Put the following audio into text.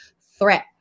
threat